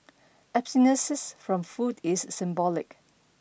abstinences from food is symbolic